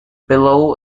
below